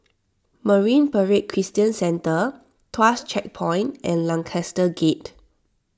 Marine Parade Christian Centre Tuas Checkpoint and Lancaster Gate